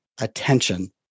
attention